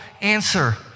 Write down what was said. answer